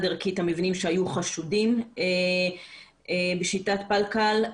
ערכי את המבנים שהיו חשודים בשיטת פלקל,